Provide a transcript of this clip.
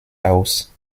aus